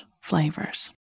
flavors